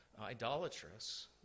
idolatrous